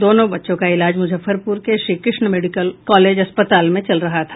दोनों बच्चों का इलाज मूजफ्फरपूर के श्रीकृष्ण मेडिकल कॉलेज अस्पताल में चल रहा था